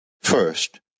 First